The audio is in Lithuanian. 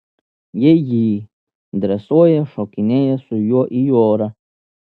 ji jį dresuoja šokinėja su juo į orą